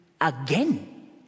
again